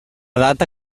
data